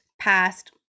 past